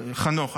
חנוך.